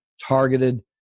targeted